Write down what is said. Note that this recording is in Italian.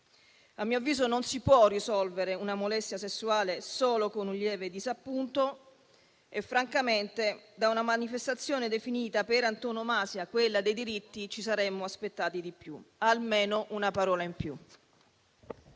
A mio avviso, non si può risolvere una molestia sessuale solo con un lieve disappunto e francamente da una manifestazione definita per antonomasia quella dei diritti ci saremmo aspettati di più, almeno una parola in più.